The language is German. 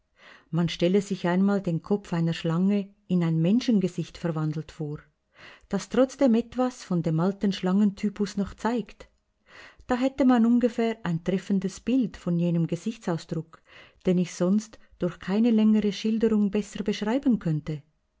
man stelle sich einmal den kopf einer schlange in ein menschengesicht verwandelt vor das trotzdem etwas von dem alten schlangentypus noch zeigt da hätte man ungefähr ein treffendes bild von jenem gesichtsausdruck den ich sonst durch keine längere schilderung besser beschreiben könnte